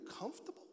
comfortable